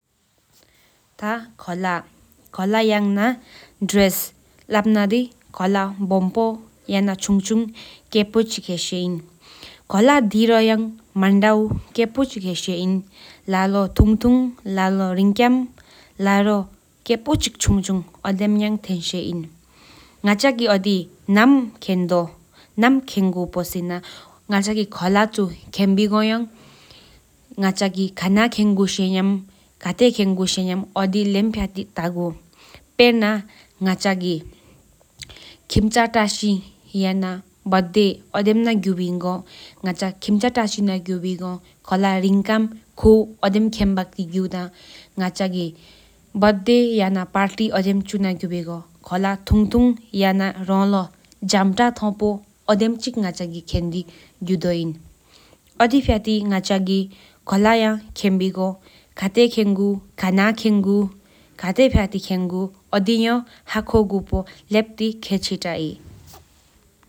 ཁོ་ལ་ཡང་ན་ནམ་གྱི་ལོ་ཡ་བོམ་པོ་ཐ་ཆུང་ ཨོ་དེམ་ཀྱེ་པོ་ཧེ་པོཔ་པོ་ཨེན། ཁོ་ལ་དེ་ལོ་ཡ་མན་དུ་ཀྱེ་པོ་ཆི་ཧེ་ཧེ་ཡིན་ལ་ལྟོ་ཐུང་ཐུང་ལ་ལོ་ཆུང་ཆུང་ཨོ་དེམ་ཀྱེ་པོ་ཆི་ཧེ་ཁྱེན་ཡིན། ང་ཅ་གི་ ཨོ་དི་ནམ་ཁྱེན་ནམ་ཁྱེན་གུ་ ལས་བཏི་ཞེ་གུ་པོ་ལས་བཏི་ཁྱེ་ཆི་ཐེ་ཧེ་པོ་ཨེན། པེར་ན་ང་ཅ་གི་ཁེམ་ཆ་བཀྲ་ཤིས་བཅུ་སྔོན་ ཁ་ན་དུ་རྐོ་ལ་ཁེབ་ཆ་དུ་ན་གུ་ ལས་བཏི་ཧེ་ཁྱེེས་གུ་ མེག་པ་བུ་། ང་ཅ་ཁ་སྡེ་མུང་གི་བི་ན་གུ་བི་གོ་ཁོ་ ཨོ་དེམ་ཁྱེ་གུ་ དུ་ལ་གི་ ཨོ་དེམ་བི་ན་གུ་ བི་གོ་ བལྡ་རེས་ཆ་དུ་ དྭད་སྟ་ན་ང་ཅ་གི་ཁོ་ལ་དེ་ གོ་ལ་ཡེ་མེད་རྗེས་ རེ་འཛིན་བརྡ་ རེ་ཆ་ཁྱེ་ཅི་ཧེ།